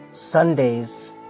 Sundays